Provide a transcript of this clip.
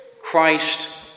Christ